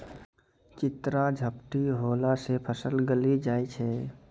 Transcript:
चित्रा झपटी होला से फसल गली जाय छै?